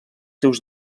seus